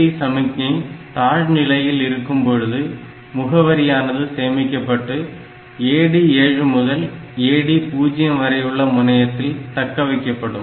ALE சமிக்ஞை தாழ் நிலையில் இருக்கும்பொழுது முகவரியானது சேமிக்கப்பட்டு AD7 முதல் AD0 வரையுள்ள முனையத்தில் தக்க வைக்கப்படும்